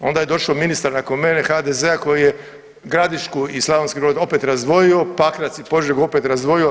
Onda je došao ministar nakon mene HDZ-a koji je Gradišku i Slavonski Brod opet razdvojio, Pakrac i Požegu opet razdvojio.